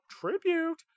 Tribute